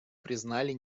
признали